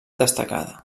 destacada